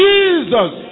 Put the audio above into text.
Jesus